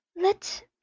let